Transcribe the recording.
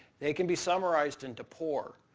they can be summarized into pour.